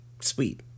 Sweet